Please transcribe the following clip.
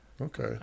Okay